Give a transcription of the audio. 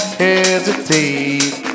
hesitate